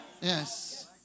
Yes